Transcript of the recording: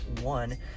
One